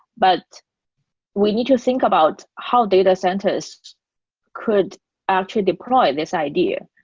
but we need to think about how data centers could actually deploy this idea.